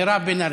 מירב בן ארי.